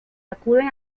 acuden